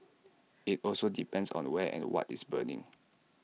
IT also depends on where and what is burning